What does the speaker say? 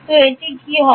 তো এ কী হবে